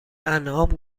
انعام